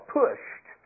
pushed